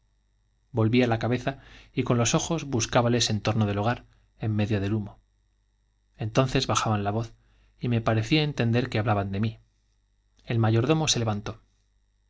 volvía la cabeza y buscábales en torno del hogar en medio del humo entonces bajaban la voz y me parecía entender que hablaban de mí el se levantó